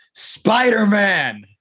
Spider-Man